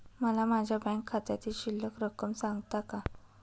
मला माझ्या बँक खात्यातील शिल्लक रक्कम सांगता का?